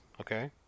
okay